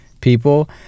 people